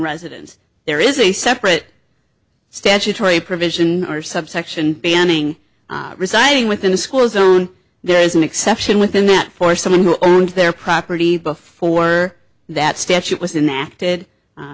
residence there is a separate statutory provision or subsection banning residing within the school zone there is an exception within that for someone who owns their property before that statute was in acted